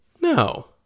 no